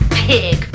pig